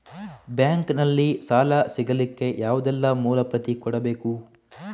Bank ನಲ್ಲಿ ಸಾಲ ಸಿಗಲಿಕ್ಕೆ ಯಾವುದೆಲ್ಲ ಮೂಲ ಪ್ರತಿ ಕೊಡಬೇಕು?